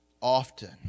often